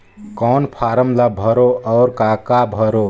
कौन फारम ला भरो और काका भरो?